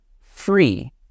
free